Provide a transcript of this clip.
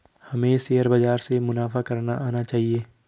हमें शेयर बाजार से मुनाफा करना आना चाहिए